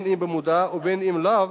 אם במודע ואם לאו,